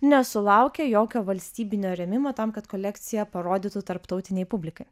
nesulaukė jokio valstybinio rėmimo tam kad kolekciją parodytų tarptautinei publikai